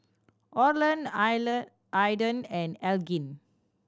Orland Aidan and Elgin